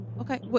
Okay